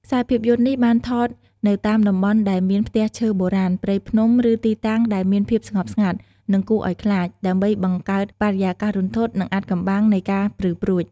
ខ្សែភាពយន្តនេះបានថតនៅតាមតំបន់ដែលមានផ្ទះឈើបុរាណ ព្រៃភ្នំ ឬទីតាំងដែលមានភាពស្ងប់ស្ងាត់ និងគួរឱ្យខ្លាច ដើម្បីបង្កើតបរិយាកាសរន្ធត់ និងអាថ៌កំបាំងនៃការព្រឺព្រួច ។